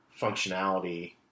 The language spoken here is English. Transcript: functionality